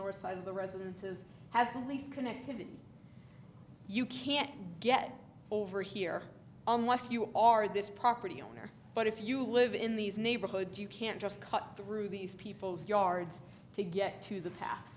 north side of the residences have leased connectivity you can't get over here unless you are this property owner but if you live in these neighborhoods you can't just cut through these people's yards to get to the past